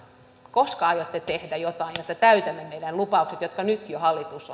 koska aiotte tehdä jotain että täytämme meidän lupauksemme jotka nyt jo hallitus